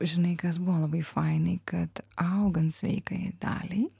žinai kas buvo labai fainai kad augant sveikajai daliai